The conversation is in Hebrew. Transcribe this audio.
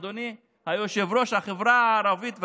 אדוני היושב-ראש, החברה הערבית,